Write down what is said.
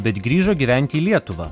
bet grįžo gyventi į lietuvą